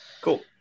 Cool